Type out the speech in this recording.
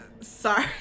Sorry